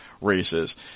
races